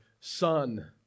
son